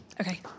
Okay